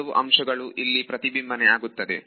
ಕೆಲವು ಅಂಶಗಳು ಇಲ್ಲಿ ಪ್ರತಿಬಿಂಬ ನೆ ಆಗುತ್ತದೆ